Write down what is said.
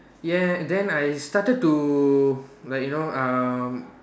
yeah then I started to like you know um